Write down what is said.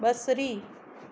बसरी